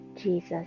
Jesus